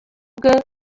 bwe